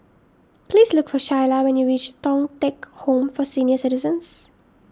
please look for Shayla when you reach Thong Teck Home for Senior Citizens